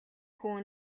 хүү